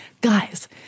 guys